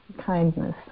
kindness